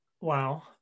Wow